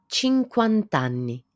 cinquant'anni